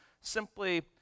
simply